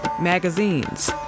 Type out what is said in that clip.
magazines